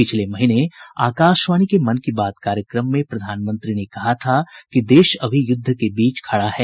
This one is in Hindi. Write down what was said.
पिछले महीने आकाशवाणी के मन की बात कार्यक्रम में प्रधानमंत्री ने कहा था कि देश अभी युद्ध के बीच खड़ा है